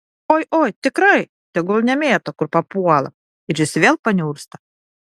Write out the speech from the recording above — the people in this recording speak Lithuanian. oi oi tikrai tegul nemėto kur papuola ir jis vėl paniursta